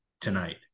tonight